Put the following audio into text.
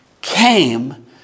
came